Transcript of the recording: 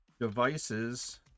devices